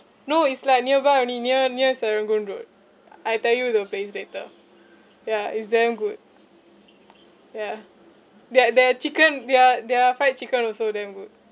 no it's like nearby only near near serangoon road I tell you the place later ya it's damn good yeah their their chicken their their fried chicken also damn good